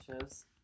shows